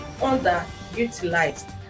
underutilized